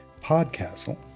Podcastle